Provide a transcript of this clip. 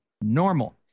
normal